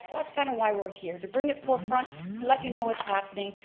that's kind of why we're here. to bring it forefront, to let you know what's happening.